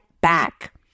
back